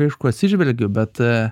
aišku atsižvelgiu bet